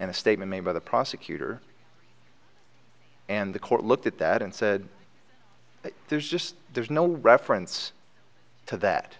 a statement made by the prosecutor and the court looked at that and said there's just there's no reference to that